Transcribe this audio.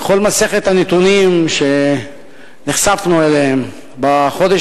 לכל מסכת הנתונים שנחשפנו אליהם בחודש